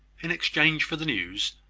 in exchange for the news,